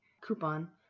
coupon